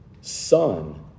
son